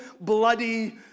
bloody